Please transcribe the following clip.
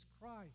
Christ